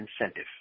incentive